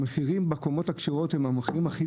המחירים בקומות הכשרות הם המחירים הכי